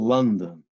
London